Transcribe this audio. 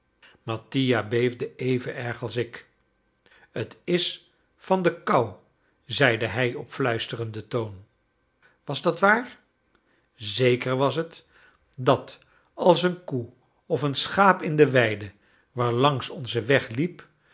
beefde even erg als ik t is van de kou zeide hij op fluisterenden toon was dat waar zeker was het dat als een koe of een schaap in de weide waarlangs onze weg liep